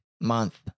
month